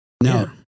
Now